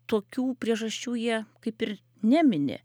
tokių priežasčių jie kaip ir nemini